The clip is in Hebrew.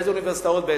באיזה אוניברסיטאות.